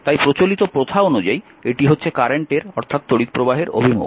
তাই প্রচলিত প্রথা অনুযায়ী এটি হচ্ছে কারেন্টের অর্থাৎ তড়িৎপ্রবাহের অভিমুখ